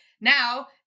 Now